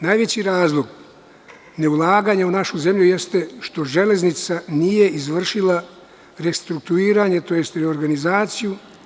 Najveći razlog neulaganja u našu zemlju je što „Železnica“ nije izvršila restrukturiranje, tj. reorganizaciju.